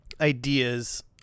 ideas